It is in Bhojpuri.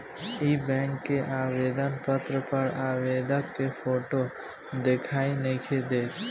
इ बैक के आवेदन पत्र पर आवेदक के फोटो दिखाई नइखे देत